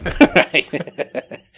Right